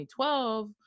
2012